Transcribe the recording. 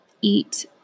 eat